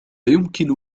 يمكن